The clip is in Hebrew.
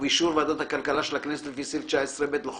ובאישור ועדת הכלכלה של הכנסת לפי סעיף 19(ב) לחוק,